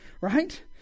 right